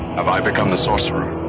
have i become the sorcerer?